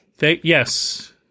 Yes